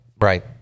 right